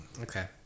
okay